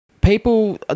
people